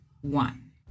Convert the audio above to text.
one